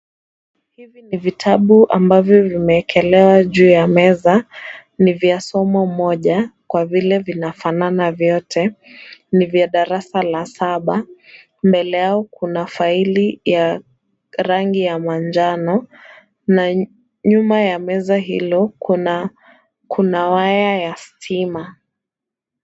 Hivi ni vitabu ambavyo vimeekelewa juu ya meza. Ni vya somo moja kwa vile vinafanana vyote. Ni vya darasa la saba. Mbele yao kuna faili ya rangi ya manjano na nyuma ya meza hilo kuna waya ya stima.